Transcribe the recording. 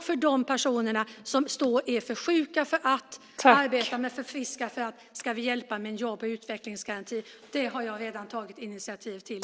För de personer som är för sjuka för att arbeta men ändå har en viss arbetsförmåga ska vi hjälpa med en jobb och utvecklingsgaranti. Det arbetet har jag redan tagit initiativ till.